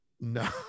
No